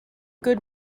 good